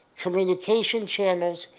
communication channels,